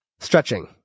Stretching